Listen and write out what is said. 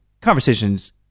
conversation's